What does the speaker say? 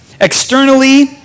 Externally